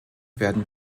werden